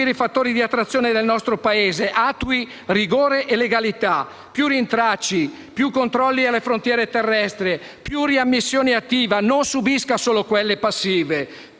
i fattori di attrazione del nostro Paese; attui rigore e legalità. Più rintracci; più controlli alle frontiere terrestri; più riammissioni attive, non subisca solo quelle passive;